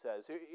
says